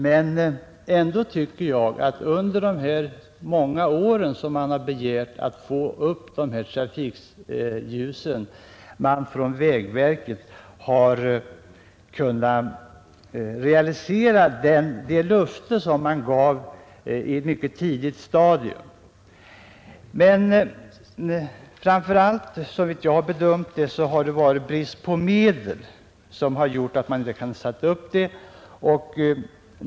Men jag tycker ändå att vägverket under de många år som gått sedan man begärde att få upp trafikljus kunde ha realiserat det löfte man gav på ett mycket tidigt stadium. Såvitt jag har kunnat bedöma är det brist på medel som gjort att man inte kunnat sätta upp dem.